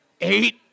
Eight